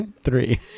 three